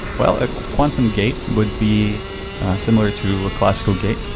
well a quantum gate would be similar to a classical gate.